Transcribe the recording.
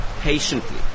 patiently